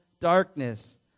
darkness